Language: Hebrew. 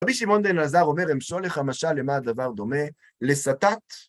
רבי שמעון בן אלעזר אומר, אמשול לך משל: למה הדבר דומה? לסתת